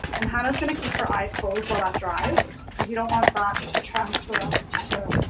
and hannah's gonna keep her eye closed while that dries cause you don't want that to transfer up to